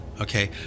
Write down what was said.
okay